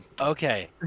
Okay